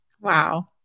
Wow